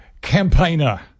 campaigner